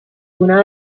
una